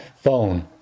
phone